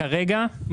כרגע,